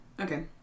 Okay